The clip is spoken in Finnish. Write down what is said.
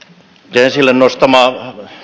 esille nostamanne